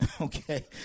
Okay